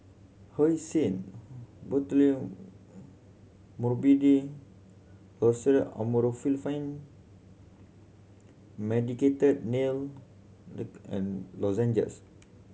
Hyoscine Loceryl Amorolfine Medicated Nail and Lozenges